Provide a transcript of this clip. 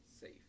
safe